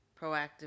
proactive